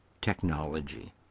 technology